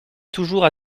toujours